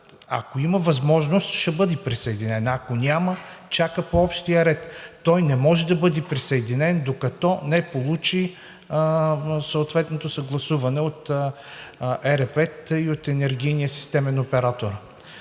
ако има възможност, ще бъде присъединен. Ако няма, чака по общия ред. Той не може да бъде присъединен, докато не получи съответното съгласуване от ЕРП-тата